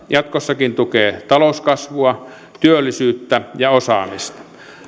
jatkossakin tukee talouskasvua työllisyyttä ja osaamista